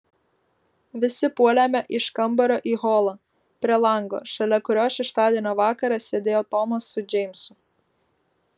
visi puolėme iš kambario į holą prie lango šalia kurio šeštadienio vakarą sėdėjo tomas su džeimsu